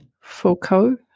Foucault